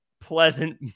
pleasant